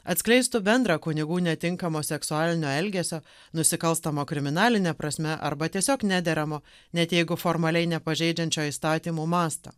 atskleistų bendrą kunigų netinkamo seksualinio elgesio nusikalstamo kriminaline prasme arba tiesiog nederamo net jeigu formaliai nepažeidžiančio įstatymo mastą